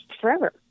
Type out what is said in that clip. forever